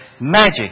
magic